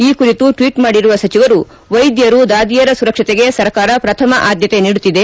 ಈ ಕುರಿತು ಟ್ವೀಟ್ ಮಾಡಿರುವ ಸಚಿವರು ವೈದ್ಯರು ದಾದಿಯರ ಸುರಕ್ಷತೆಗೆ ಸರ್ಕಾರ ಪ್ರಥಮ ಆದ್ದತೆ ನೀಡುತ್ತಿದೆ